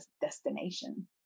destination